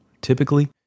Typically